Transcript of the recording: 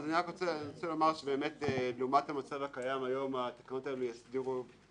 אני רק רוצה לומר שלעומת המצב הקיים היום התקנות האלה דואגות